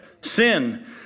Sin